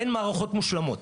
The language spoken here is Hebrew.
אין מערכות מושלמות.